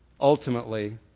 ultimately